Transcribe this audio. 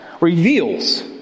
reveals